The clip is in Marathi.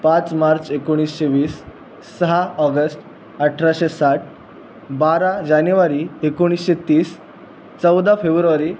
पाच मार्च एकोणीसशे वीस सहा ऑगस्ट अठराशे साठ बारा जानेवारी एकोणीसशे तीस चौदा फेब्रुवारी